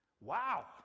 Wow